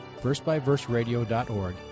versebyverseradio.org